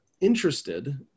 interested